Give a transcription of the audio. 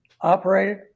operated